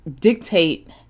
dictate